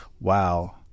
Wow